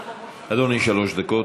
אדוני, שלוש דקות,